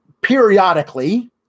periodically